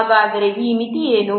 ಹಾಗಾದರೆ ಈ ಮಿತಿ ಏನು